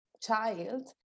child